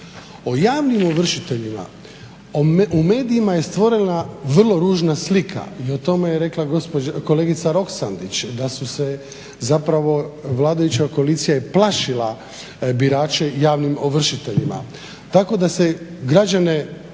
O javnim ovršiteljima u medijima je stvorena vrlo ružna slika i o tome je rekla kolegica Roksandić da su se zapravo vladajuća koalicija je plašila birače javnim ovršiteljima,